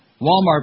Walmart